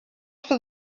for